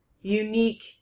unique